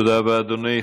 תודה רבה, אדוני.